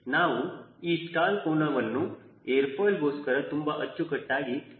ನಾವು ಈ ಸ್ಟಾಲ್ ಕೋನವನ್ನು ಏರ್ ಫಾಯಿಲ್ಗೋಸ್ಕರ ತುಂಬಾ ಅಚ್ಚುಕಟ್ಟಾಗಿ ನಿರ್ಧರಿಸುತ್ತೇವೆ